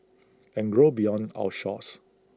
and grow beyond our shores